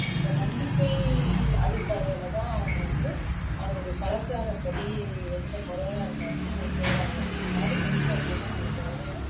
இந்த நம்பிக்கை அடிப்படையில் தான் அவங்க வந்து அவங்களுடைய கலாச்சாரப்படி எந்த முறையாக இருந்தாலும் செய்கிறாங்க இந்தமாதிரி செஞ்சோம் அப்படின்னா நம்மளுக்கு இந்த மாதிரியான